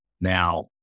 Now